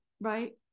right